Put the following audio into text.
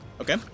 Okay